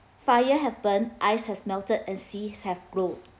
fire happened ice has melted and seas have grown